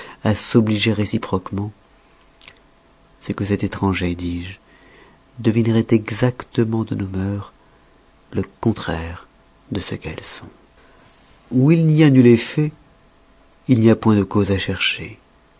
à s'obliger réciproquement c'est que cet etranger dis-je devineroit exactement de nos mœurs le contraire de ce qu'elles sont où il n'y a nul effet il n'y a point de cause à chercher